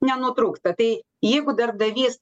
nenutrūksta tai jeigu darbdavys